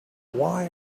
why